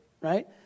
right